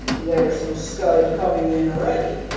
there's some scud coming in a'ready,